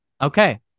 Okay